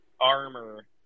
armor